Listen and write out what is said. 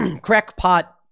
crackpot